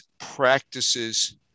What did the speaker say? practices